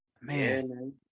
man